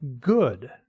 good